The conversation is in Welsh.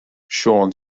siôn